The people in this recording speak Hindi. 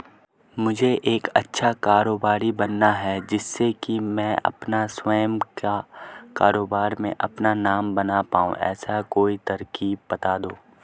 मुझे एक अच्छा कारोबारी बनना है जिससे कि मैं अपना स्वयं के कारोबार में अपना नाम बना पाऊं ऐसी कोई तरकीब पता दो?